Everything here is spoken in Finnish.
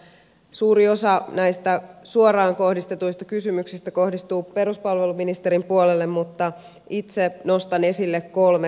suuri osa näistä suoraan kohdistetuista kysymyksistä kohdistuu peruspalveluministerin puolelle mutta itse nostan esille kolme asiaa